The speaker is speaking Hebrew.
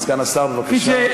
סגן השר, בבקשה.